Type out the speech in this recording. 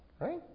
right